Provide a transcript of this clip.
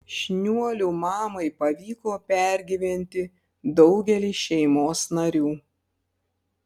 šniuolių mamai pavyko pergyventi daugelį šeimos narių